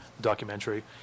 documentary